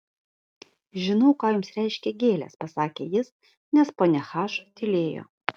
žinau ką jums reiškia gėlės pasakė jis nes ponia h tylėjo